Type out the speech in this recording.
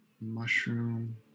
Mushroom